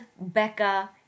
Becca